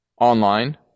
online